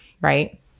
right